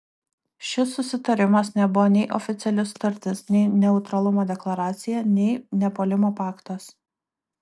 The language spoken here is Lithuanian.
šis susitarimas nebuvo nei oficiali sutartis nei neutralumo deklaracija nei nepuolimo paktas